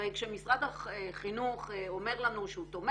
הרי כמשרד החינוך אומר לנו שהוא תומר